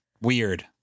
Weird